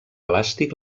elàstic